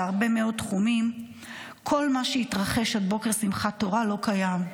בהרבה מאוד תחומים כל מה שהתרחש עד בוקר שמחת תורה לא קיים.